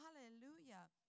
Hallelujah